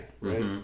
right